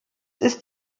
ist